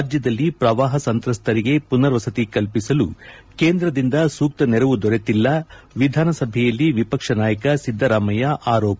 ರಾಜ್ಯದಲ್ಲಿ ಪ್ರವಾಹ ಸಂತ್ರಸ್ತರಿಗೆ ಮನರ್ವಸತಿ ಕಲ್ಲಿಸಲು ಕೇಂದ್ರದಿಂದ ಸೂಕ್ತ ನೆರೆವು ದೊರೆತಿಲ್ಲ ವಿಧಾನಸಭೆಯಲ್ಲಿ ವಿಪಕ್ಷ ನಾಯಕ ಸಿದ್ದರಾಮಯ್ಯ ಆರೋಪ